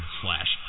slash